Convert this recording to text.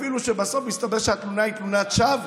אפילו כשבסוף מסתבר שהתלונה היא תלונת שווא,